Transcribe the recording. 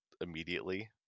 immediately